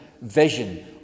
vision